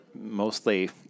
mostly